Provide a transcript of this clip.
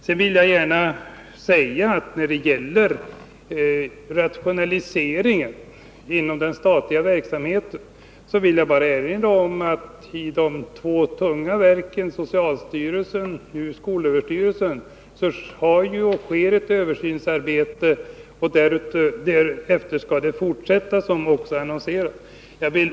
Sedan vill jag gärna, när det gäller rationaliseringar inom den statliga verksamheten, erinra om att det i de två tyngsta verken, socialstyrelsen och skolöverstyrelsen, har skett och sker ett översynsarbete. Denna översyn skall sedan, som också annonserats, fortsätta på annat håll.